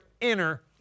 inner